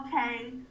okay